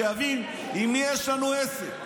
שיבין עם מי יש לנו עסק.